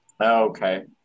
okay